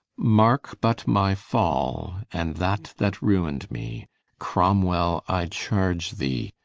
marke but my fall, and that that ruin'd me cromwel, i charge thee,